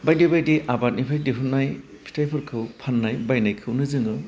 बायदि बायदि आबादनिफ्राय दिहुन्नाय फिथाइफोरखौ फान्नाय बानायखौनो जोङो